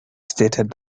stated